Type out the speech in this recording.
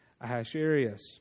Ahasuerus